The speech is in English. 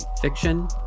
fiction